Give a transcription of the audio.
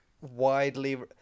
widely